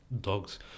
Dogs